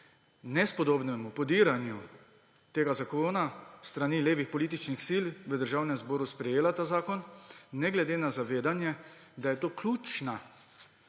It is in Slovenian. nespodobnemu podiranju tega zakona s strani levih političnih sil, v Državnem zboru sprejela ta zakon, ne glede na zavedanje, da je to ključna,